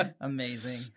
Amazing